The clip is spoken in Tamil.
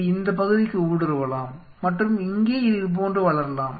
இது இந்த பகுதிக்கு ஊடுருவலாம் மற்றும் இங்கே இதுபோன்று வளரலாம்